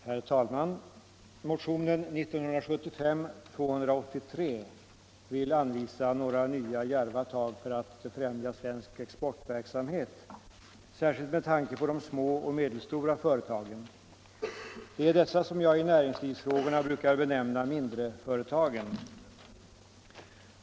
Herr talman! Motionen 1975:283 vill anvisa några nya, djärva tag för att främja svensk exportverksamhet, särskilt med tanke på de små och medelstora företagen. Det är dessa företag jag i näringslivsfrågorna brukar benämna mindreföretagen.